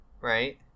right